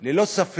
הם ללא ספק